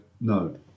no